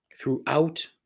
Throughout